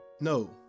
No